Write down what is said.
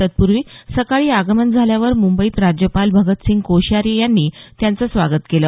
तत्पूर्वी सकाळी आगमन झाल्यावर मुंबईत राज्यपाल भगतसिंग कोश्यारी यांनी त्यांचं स्वागत केलं